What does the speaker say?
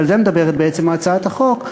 ועל זה מדברת בעצם הצעת החוק,